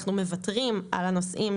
אנחנו מוותרים על הנוסעים,